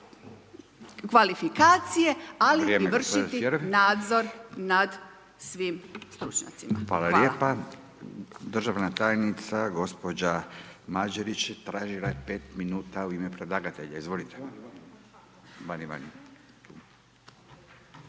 Vrijeme./… ali i vršiti nadzor nad svim stručnjacima. Hvala.